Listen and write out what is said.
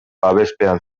babespean